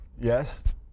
Yes